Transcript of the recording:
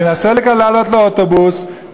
תנסה לעלות לאוטובוס,